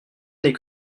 n’est